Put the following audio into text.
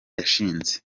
yashinze